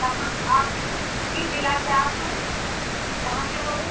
कहाँ आप किस जिला से आप हैं कहाँ से बोले